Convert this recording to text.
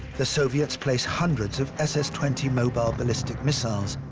the soviets placed hundreds of ss twenty mobile ballistic missiles,